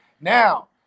Now